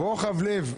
רוחב לב.